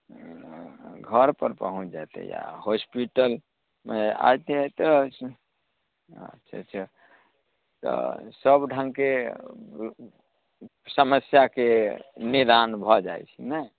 घरपर पहुँच जयतै आ होस्पिटल मे आइ सी आइ तऽ अछि अच्छे छै तऽ सब ढङके समस्याके निदान भऽ जाइ छै नहि